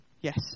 yes